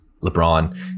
LeBron